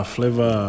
Flavor